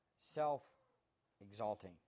self-exalting